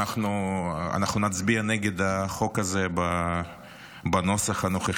אנחנו נצביע נגד החוק הזה בנוסח הנוכחי.